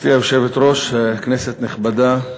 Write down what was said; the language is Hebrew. גברתי היושבת-ראש, כנסת נכבדה,